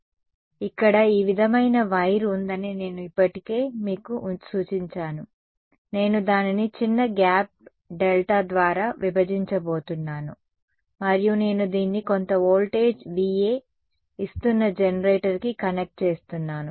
కాబట్టి ఇక్కడ ఈ విధమైన వైర్ ఉందని నేను ఇప్పటికే మీకు సూచించాను నేను దానిని చిన్న గ్యాప్ డెల్టా ద్వారా విభజించబోతున్నాను మరియు నేను దీన్ని కొంత వోల్టేజ్ VA ఇస్తున్న జనరేటర్ కి కనెక్ట్ చేస్తున్నాను